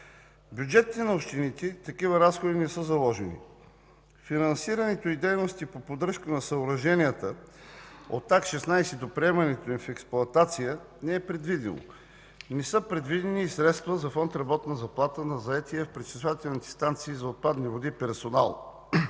бюджетите на общините такива разходи не са заложени, финансирането на дейностите по поддръжка на съоръженията от Акт 16 до приемане в експлоатация на съоръжението не е предвидено. Не са предвидени и средства за фонд „Работна заплата” на заетия в Пречиствателни станции за отпадни води персонал.